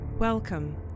Welcome